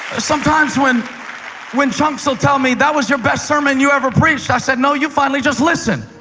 sometimes when when chunks will tell me, that was your best sermon you ever preached, i say, no, you finally just listened.